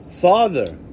Father